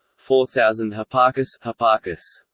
four thousand hipparchus hipparchus